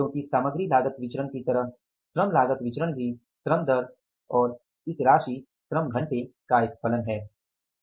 क्योंकि सामग्री लागत विचरण की तरह श्रम लागत विचरण भी श्रम दर और इस राशि श्रम घंटे का एक फलन है